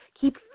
Keep